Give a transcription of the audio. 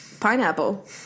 pineapple